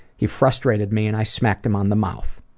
he frustrated me and i smacked him on the mouth.